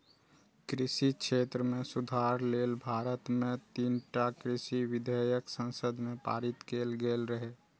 कृषि क्षेत्र मे सुधार लेल भारत मे तीनटा कृषि विधेयक संसद मे पारित कैल गेल रहै